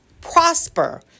Prosper